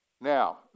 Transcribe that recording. Now